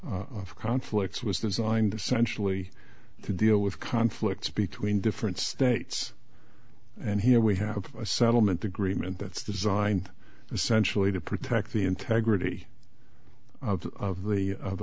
conflicts was designed essentially to deal with conflicts between different states and here we have a settlement agreement that's designed essentially to protect the integrity o